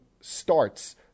starts